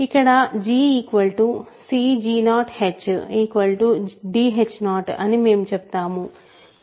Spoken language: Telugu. ఇక్కడ g cg0h dh0 అని మేము చెప్తాము